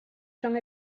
rhwng